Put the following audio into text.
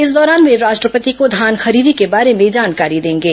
इस दौरान वे राष्ट्रपति को धान खरीदी के बारे में जानकारी देंगे